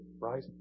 right